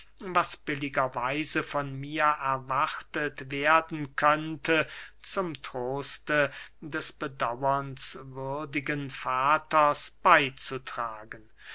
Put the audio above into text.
was billiger weise von mir erwartet werden könnte zum troste des bedauernswürdigen vaters beyzutragen